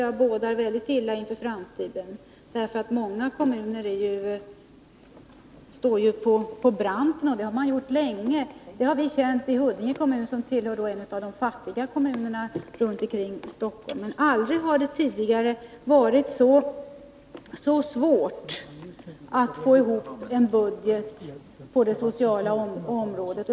Det bådar mycket illa inför framtiden. Många kommuner står ju på branten, och det har de gjort länge. Det har vi känt i Huddinge kommun, som tillhör de fattigaste kommunerna runt Stockholm. Men aldrig tidigare har det varit så svårt att få ihop en budget på det sociala området.